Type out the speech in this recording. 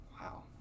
Wow